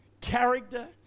character